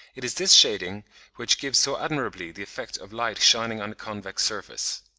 it is this shading which gives so admirably the effect of light shining on a convex surface.